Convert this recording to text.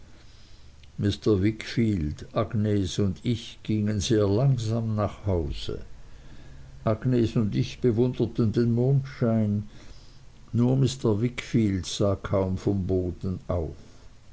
mr wickfield agnes und ich gingen sehr langsam nach hause agnes und ich bewunderten den mondschein nur mr wickfield sah kaum vom boden auf